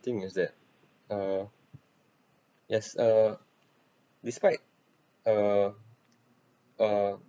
thing is that uh yes uh despite uh uh